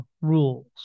rules